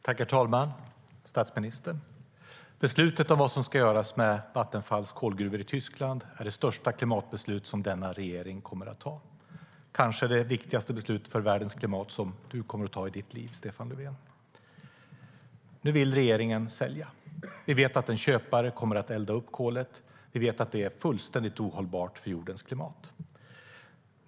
Herr talman! Statsministern! Beslut om vad som ska göras med Vattenfalls kolgruvor i Tyskland är det största klimatbeslut som denna regering kommer att fatta. Det är kanske det viktigaste beslut för världens klimat som du kommer att fatta i ditt liv, Stefan Löfven. Nu vill regeringen sälja. Vi vet att en köpare kommer att elda upp kolet. Vi vet att det är fullständigt ohållbart för jordens klimat.